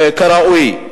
כראוי.